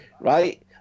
right